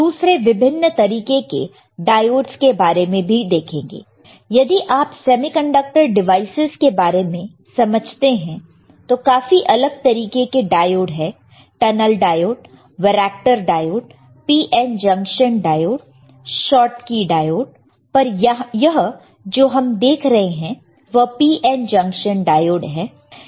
हम दूसरे विभिन्न तरीके के डायोडस के बारे में भी देखेंगे यदि आप सेमीकंडक्टर डिवाइसेज के बारे में समझते हैं तो काफी अलग तरीके के डायोड है tunnel diode varactor diode pn junction diode Schottky diode पर यह जो हम देख रहे हैं वह PN जंक्शन डायोड है